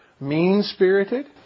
Mean-spirited